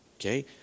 okay